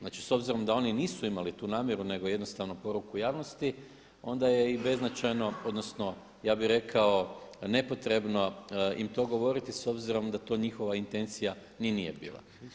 Znači s obzirom da oni nisu imali tu namjeru, nego jednostavno poruku javnosti onda je i beznačajno, odnosno ja bih rekao nepotrebno im to govoriti s obzirom da to njihova intencija ni nije bila.